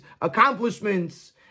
accomplishments